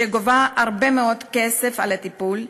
שגובה הרבה מאוד כסף על הטיפול,